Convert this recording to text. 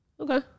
Okay